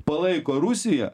palaiko rusiją